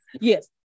yes